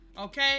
Okay